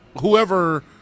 Whoever